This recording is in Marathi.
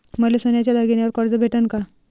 मले सोन्याच्या दागिन्यावर कर्ज भेटन का?